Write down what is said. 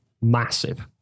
massive